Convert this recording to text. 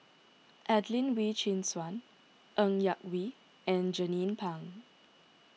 Adelene Wee Chin Suan Ng Yak Whee and Jernnine Pang